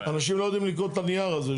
אנשים לא יודעים לקרוא את הנייר הזה.